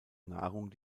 nahrung